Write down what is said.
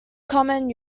common